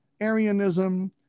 Arianism